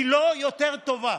היא לא יותר טובה.